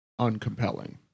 uncompelling